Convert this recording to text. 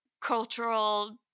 cultural